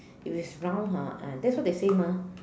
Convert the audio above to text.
if it is round ha ah that's what they say mah